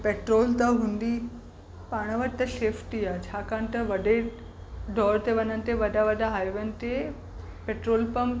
petrol त हूंदी पाण वटि त सेफ्टी आ छाकाणि त वॾे दौर ते वञण ते वॾा वॾा हाइवन ते पैट्रोल पम्प